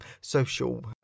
social